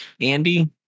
Andy